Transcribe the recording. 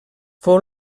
fou